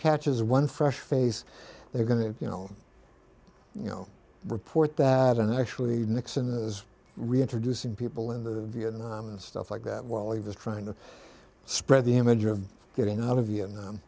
catches one fresh face they're going to you know you know report that and actually nixon is reintroducing people in the vietnam and stuff like that while he was trying to spread the image of getting out of vietnam